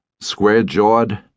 Square-jawed